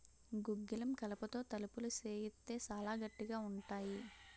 గుగ్గిలం కలపతో తలుపులు సేయిత్తే సాలా గట్టిగా ఉంతాయి